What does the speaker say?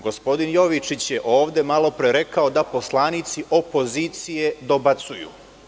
Gospodin Jovičić je malopre ovde rekao da poslanici opozicije dobacuju.